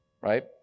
right